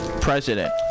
president